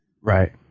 right